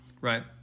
right